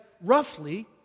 roughly